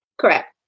Correct